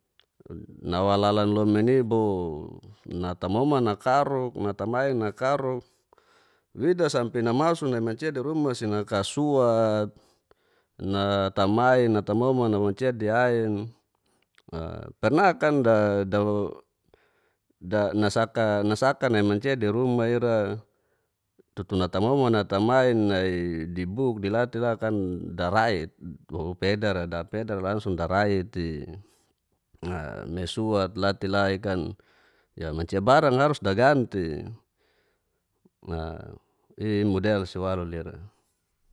Nawa lalan lomin iboh natamoman nakaruk natamain nakaruk wida sampe namasuk ni manci di ruma naka suat na tamain natamoman nawa mancia di ain, perna kan nasaka nai mancia di ruma ira tutu natamoman natamain nai di buk di latela kan darai bo da pedara lnglung darait'i ni sut latela i'kan ya mancia barang'a harus daganti imodel si walu lira.